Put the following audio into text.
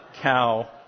cow